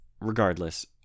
regardless